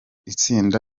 itsinda